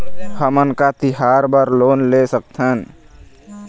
हमन का तिहार बर लोन ले सकथन?